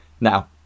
Now